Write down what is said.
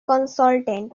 consultant